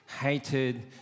hated